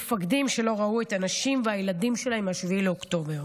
מפקדים שלא ראו את הנשים והילדים שלהם מ-7 באוקטובר.